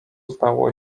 zdało